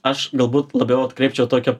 aš galbūt labiau atkreipčiau tokio